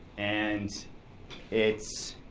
and it's